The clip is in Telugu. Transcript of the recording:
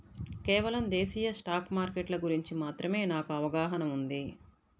కేవలం దేశీయ స్టాక్ మార్కెట్ల గురించి మాత్రమే నాకు అవగాహనా ఉంది